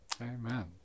Amen